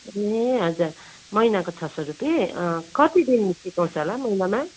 ए हजुर महिनाको छ सय रुपियाँ कति दिन सिकाउँछ होला महिनामा